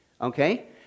Okay